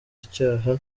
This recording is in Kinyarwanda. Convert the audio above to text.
icyaha